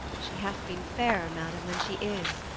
she hath been fairer, madam, than she is.